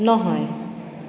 নহয়